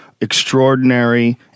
extraordinary